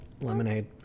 lemonade